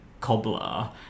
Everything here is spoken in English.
cobbler